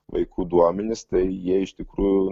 vaikų duomenys tai jie iš tikrųjų